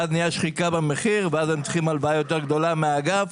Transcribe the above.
נהייתה שחיקה במחיר ואז הם הצטרכו הלוואה יותר גדולה מהאגף.